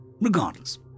Regardless